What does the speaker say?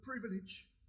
privilege